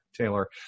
Taylor